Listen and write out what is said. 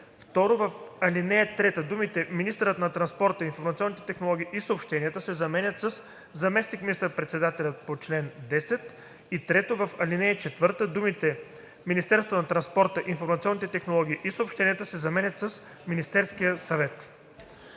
2. В ал. 3 думите „Министърът на транспорта, информационните технологии и съобщенията“ се заменят със „Заместник министър-председателят по чл. 10“. 3. В ал. 4 думите „Министерството на транспорта, информационните технологии и съобщенията“ се заменят с „Министерския съвет“.“